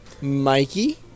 Mikey